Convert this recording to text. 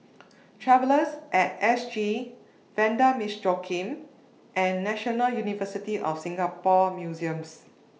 Travellers At S G Vanda Miss Joaquim and National University of Singapore Museums